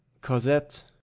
cosette